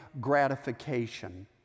gratification